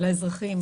לאזרחים